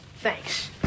Thanks